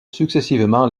successivement